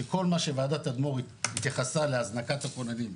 שכל מה שוועדת תדמור התייחסה להזנקת הכוננים,